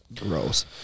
gross